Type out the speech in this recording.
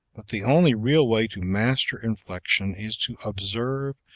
but the only real way to master inflection is to observe,